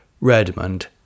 Redmond